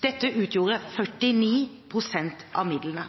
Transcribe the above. Dette utgjorde 49 pst. av midlene.